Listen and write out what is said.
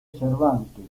cervantes